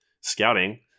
scouting